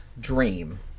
dream